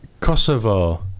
Kosovo